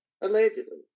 allegedly